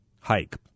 hike